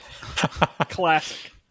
Classic